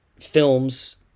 films